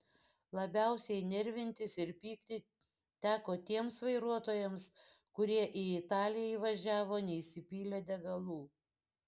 labiausiai nervintis ir pykti teko tiems vairuotojams kurie į italiją įvažiavo neįsipylę degalų